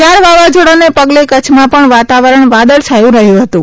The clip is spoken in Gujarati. ક્યાર વાવાઝોડાના પગલે કચ્છમાં પણ વાતાવરણ વાદળછાયું રહ્યું હતું